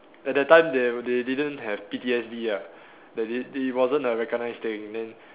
at that time they they didn't have P_T_S_D ah they di~ it wasn't a recognised thing then